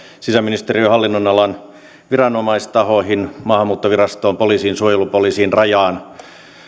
sisäministeriön hallinnonalan viranomaistahoihin maahanmuuttovirastoon poliisiin suojelupoliisiin rajaan